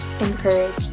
encourage